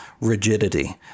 rigidity